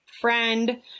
friend